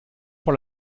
pour